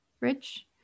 Rich